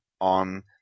on